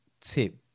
tip